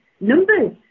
Numbers